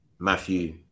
Matthew